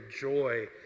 joy